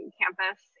campus